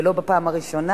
ולא בפעם הראשונה.